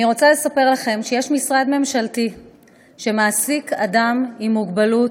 אני רוצה לספר לכם שיש משרד ממשלתי שמעסיק אדם עם מוגבלות,